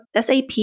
SAP